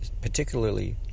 particularly